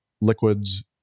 liquids